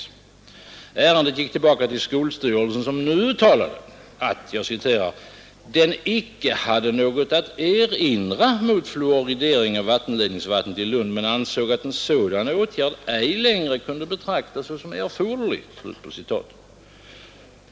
Så gick ärendet tillbaka till skolstyrelsen, som nu uttalade att ”den inte hade något att erinra mot fluoridering av vattenledningsvattnet i Lund men ansåg, att en sådan åtgärd ej längre kunde betraktas såsom erforderlig”.